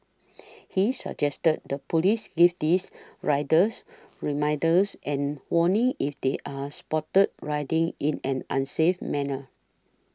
he suggested the police give these riders reminders and warnings if they are spotted riding in an unsafe manner